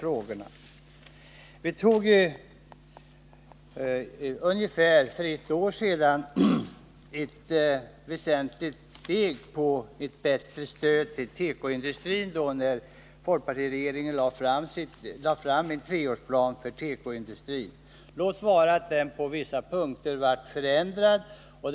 För ungefär ett år sedan togs ett väsentligt steg när det gällde att stödja tekoindustrin i och med att folkpartiregeringen lade fram en treårsplan för densamma. Låt vara att planen på vissa punkter förändrades.